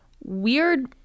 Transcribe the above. weird